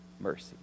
mercy